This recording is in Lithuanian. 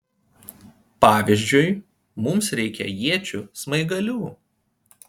pavyzdžiui mums reikia iečių smaigalių